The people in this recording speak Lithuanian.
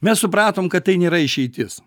mes supratom kad tai nėra išeitis